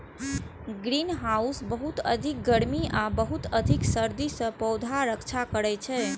greenhouse बहुत अधिक गर्मी आ बहुत अधिक सर्दी सं पौधाक रक्षा करै छै